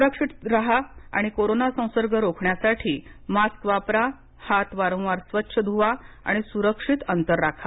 सुरक्षित राहा आणि कोरोना संसर्ग रोखण्यासाठी मास्क वापरा हात वारंवार स्वच्छ धुवा सुरक्षित अंतर ठेवा